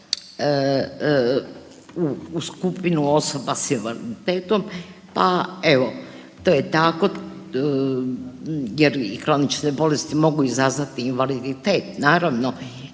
u skupinu osoba s invaliditetom, pa evo to je tako jer i kronične bolesti mogu izazvati invaliditet, naravno